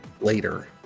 later